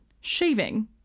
shaving